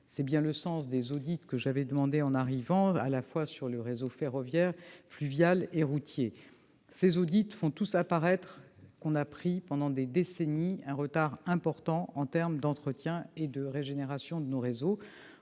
est le sens des audits que j'ai demandés, dès ma prise de fonctions, sur les réseaux ferroviaire, fluvial et routier. Ces audits font tous apparaître que nous avons pris, pendant des décennies, un retard important en termes d'entretien et de régénération de nos réseaux-